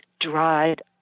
dried